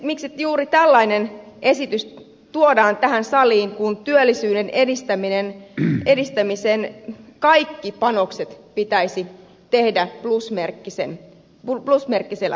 miksi juuri tällainen esitys tuodaan tähän saliin kun työllisyyden edistämisen kaikki panokset pitäisi tehdä plusmerkkisellä tavalla